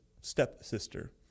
stepsister